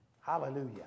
Hallelujah